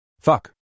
Fuck